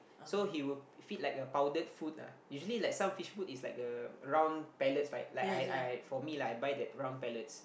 so he will feed like uh powdered food lah usually like some fish food is like a round pellets like I I for me lah I buy the round pellets